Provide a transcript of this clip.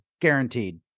guaranteed